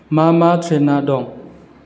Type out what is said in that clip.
मा मा ट्रेना दं